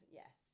yes